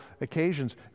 occasions